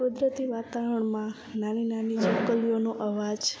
કુદરતી વાતાવરણમાં નાની નાની ચકલીઓનો અવાજ